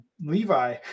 Levi